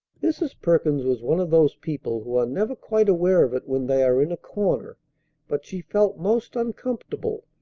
mrs. perkins was one of those people who are never quite aware of it when they are in a corner but she felt most uncomfortable,